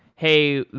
hey,